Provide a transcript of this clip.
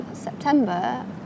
September